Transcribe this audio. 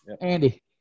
Andy